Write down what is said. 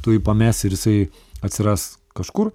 tu jį pamesi ir jisai atsiras kažkur